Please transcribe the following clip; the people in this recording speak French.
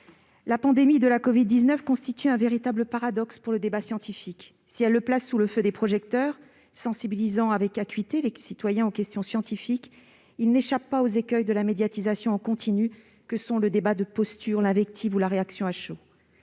La pandémie de la covid-19 constitue un véritable paradoxe pour le débat scientifique. Certes, ce dernier se trouve placé sous le feu des projecteurs et permet de sensibiliser avec acuité les citoyens aux questions scientifiques. Mais il n'échappe pas à ces écueils de la médiatisation en continu que sont le débat de postures, l'invective et la réaction à chaud.